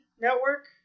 Network